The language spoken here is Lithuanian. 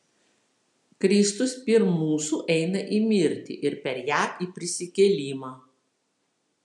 kristus pirm mūsų eina į mirtį ir per ją į prisikėlimą